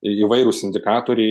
įvairūs indikatoriai